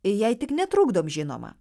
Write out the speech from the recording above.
jei tik netrukdom žinoma